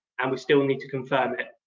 and we still need to confirm it.